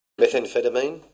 methamphetamine